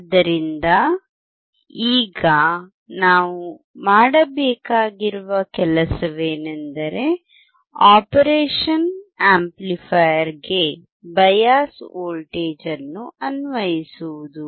ಆದ್ದರಿಂದ ಈಗ ನಾವು ಮಾಡಬೇಕಾಗಿರುವ ಕೆಲಸ ಏನೆಂದರೆ ಆಪರೇಷನ್ ಆಂಪ್ಲಿಫೈಯರ್ಗೆ ಬಯಾಸ್ ವೋಲ್ಟೇಜ್ ಅನ್ನು ಅನ್ವಯಿಸುವುದು